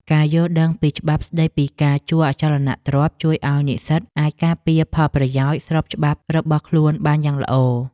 ការយល់ដឹងពីច្បាប់ស្តីពីការជួលអចលនទ្រព្យជួយឱ្យនិស្សិតអាចការពារផលប្រយោជន៍ស្របច្បាប់របស់ខ្លួនបានយ៉ាងល្អ។